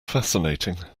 fascinating